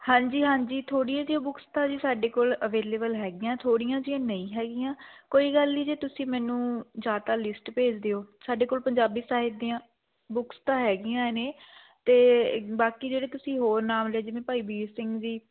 ਹਾਂਜੀ ਹਾਂਜੀ ਥੋੜੀਆਂ ਜਿਹੀਆਂ ਬੁੱਕਸ ਤਾਂ ਸਾਡੇ ਕੋਲ ਅਵੇਲੇਵਲ ਹੈਗੀਆ ਥੋੜੀਆ ਜਿਹੀਆਂ ਨਹੀਂ ਹੈਗੀਆਂ ਕੋਈ ਗੱਲ ਨੀ ਜੇ ਤੁਸੀਂ ਮੈਨੂੰ ਜਾਂ ਤਾਂ ਲਿਸਟ ਭੇਜ਼ ਦਿਓ ਸਾਡੇ ਕੋਲ ਪੰਜਾਬੀ ਸਾਹਿਤ ਦੀਆਂ ਬੁੱਕਸ ਤਾਂ ਹੈਗੀਆਂ ਨੇ ਤੇ ਬਾਕੀ ਜਿਹੜੇ ਤੁਸੀਂ ਹੋਰ ਨਾਮ ਲਿਆ ਜਿਵੇਂ ਭਾਈ ਵੀਰ ਸਿੰਘ ਜੀ